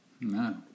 No